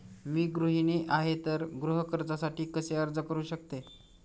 मी गृहिणी आहे तर गृह कर्जासाठी कसे अर्ज करू शकते?